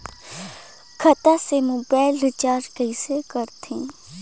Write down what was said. खाता से mobile recharge कइसे करथे